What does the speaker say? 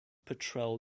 petrel